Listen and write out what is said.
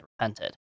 repented